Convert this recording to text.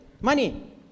Money